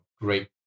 Great